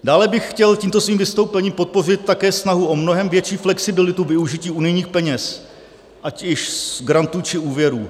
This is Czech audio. Dále bych chtěl tímto svým vystoupením podpořit také snahu o mnohem větší flexibilitu využití unijních peněz ať již z grantů, či úvěrů.